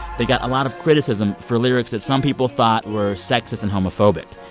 they got a lot of criticism for lyrics that some people thought were sexist and homophobic.